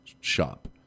shop